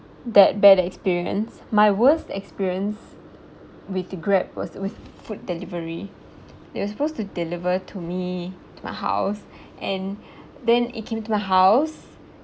that bad experience my worst experience with Grab was with food delivery they was supposed to deliver to me to my house and then it came to my house